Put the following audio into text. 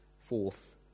Fourth